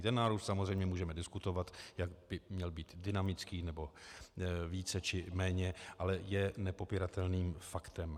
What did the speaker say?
Ten nárůst samozřejmě můžeme diskutovat, jak by měl být dynamický více či méně, ale je nepopiratelným faktem.